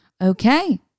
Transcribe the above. okay